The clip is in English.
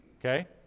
Okay